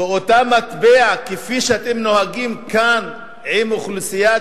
באותה מטבע כפי שאתם נוהגים כאן באוכלוסיית